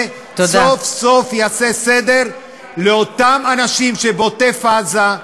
החוק הזה סוף-סוף יעשה סדר לאותם אנשים שבעוטף-עזה,